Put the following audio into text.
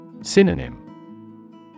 Synonym